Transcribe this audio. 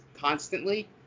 constantly